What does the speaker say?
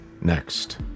Next